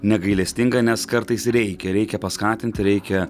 negailestinga nes kartais reikia reikia paskatinti reikia